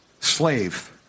Slave